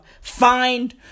Find